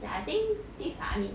ya I think this ah I mean